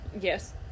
Yes